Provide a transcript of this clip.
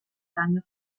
cranio